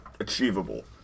achievable